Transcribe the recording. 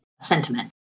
sentiment